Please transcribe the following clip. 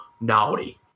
naughty